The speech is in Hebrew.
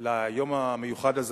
ליום המיוחד הזה,